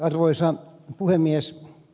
arvoisa puhemies